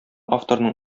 авторның